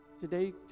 Today